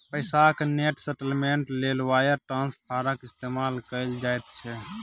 पैसाक net settlement लेल wire ट्रांस्फरक इस्तेमाल कएल जाइत छै